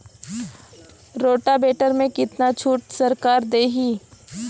Rotavator में कितना छूट सरकार देही?